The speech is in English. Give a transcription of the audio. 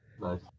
Nice